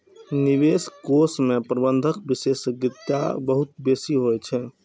निवेश कोष मे प्रबंधन विशेषज्ञता बहुत बेसी होइ छै